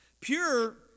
Pure